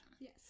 Yes